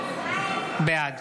בעד